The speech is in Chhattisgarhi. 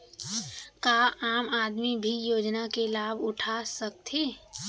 का आम आदमी भी योजना के लाभ उठा सकथे?